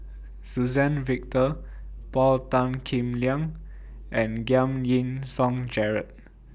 Suzann Victor Paul Tan Kim Liang and Giam Yean Song Gerald